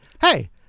Hey